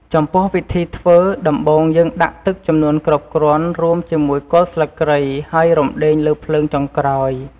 ចំពោះវិធីធ្វើ ដំបូងយើងដាក់ទឹកចំនួនគ្រប់គ្រាន់រួមជាមួយគល់ស្លឹកគ្រៃ ហើយរំដេងលើភ្លើងចុងក្រោយ ។